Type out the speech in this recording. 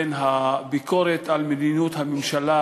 בין הביקורת על מדיניות הממשלה,